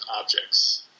objects